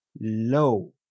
low